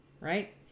right